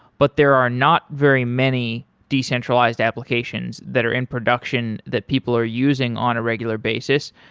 but there are not very many decentralized applications that are in production that people are using on a regular basis.